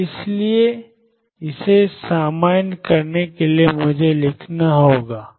और इसलिए इसे सामान्य करने के लिए मुझे लिखना होगा